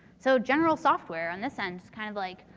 so, general software on this end is kind of like,